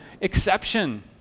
exception